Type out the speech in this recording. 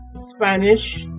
Spanish